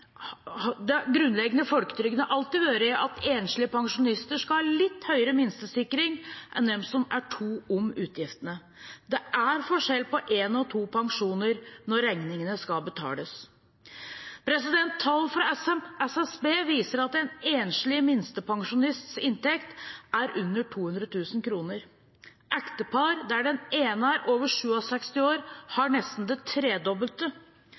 at enslige pensjonister skal ha litt høyere minstesikring enn dem som er to om utgiftene. Det er forskjell på én og to pensjoner når regningene skal betales. Tall fra SSB viser at en enslig minstepensjonists inntekt er under 200 000 kr. Ektepar der den ene er over 67 år, har nesten det tredobbelte.